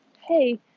hey